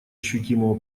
ощутимого